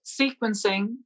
sequencing